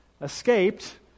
escaped